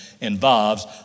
involves